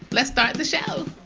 let's start the show